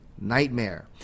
nightmare